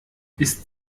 ist